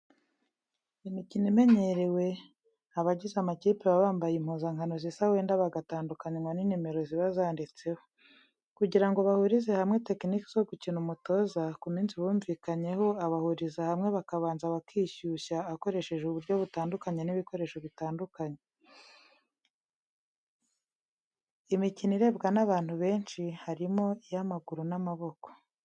Imikino imenyerewe, abagize amakipe baba bambaye impuzankano zisa wenda bagatandukanwa n'inimero ziba zanditseho. Kugira ngo bahurize hamwe tekenike zo gukina, umutoza ku minsi bumvikanyeho abahuriza hamwe bakabanza bakishyushya akoresheje uburyo butandukanye n'ibikoresho bitandukanye. Imikino irebwa n'abantu benshi harimo iy'amaguru n'amaboko.